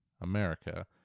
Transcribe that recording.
America